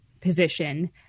position